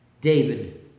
David